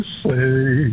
say